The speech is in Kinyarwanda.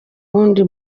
wundi